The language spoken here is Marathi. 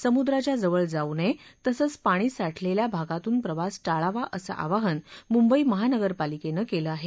समुद्राच्या जवळ जाऊ नये तसंच पाणी साठलेल्या भागातून प्रवास टाळावा असं आवाहन मुंबई महानगरपालिकेनं केलं आहे